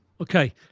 Okay